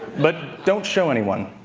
but don't show anyone.